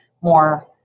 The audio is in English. more